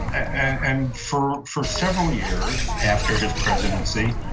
and for for several years after his presidency,